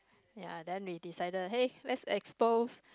ya then we decided hey let's expose